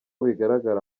bigaragara